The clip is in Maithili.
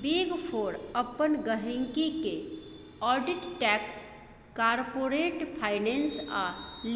बिग फोर अपन गहिंकी केँ आडिट टैक्स, कारपोरेट फाइनेंस आ